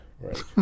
right